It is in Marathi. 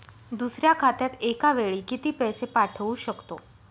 दुसऱ्या खात्यात एका वेळी किती पैसे पाठवू शकतो?